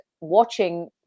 watching